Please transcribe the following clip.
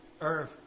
Irv